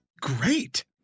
great